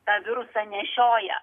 tą virusą nešioja